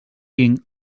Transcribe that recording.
king